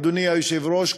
אדוני היושב-ראש,